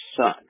son